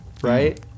right